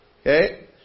Okay